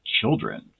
children